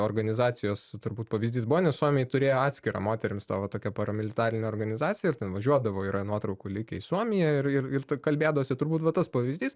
organizacijos turbūt pavyzdys buvo nes suomiai turėjo atskirą moterims tą va tokią paramilitarinę organizaciją ir ten važiuodavo yra nuotraukų likę į suomiją ir ir ir kalbėdavosi turbūt va tas pavyzdys